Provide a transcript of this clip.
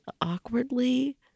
awkwardly